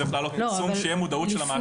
אבל פרסום שתהיה מודעות של המעסיק.